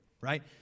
right